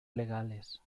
legales